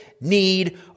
need